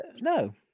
No